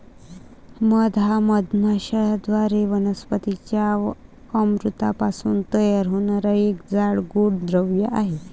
मध हा मधमाश्यांद्वारे वनस्पतीं च्या अमृतापासून तयार होणारा एक जाड, गोड द्रव आहे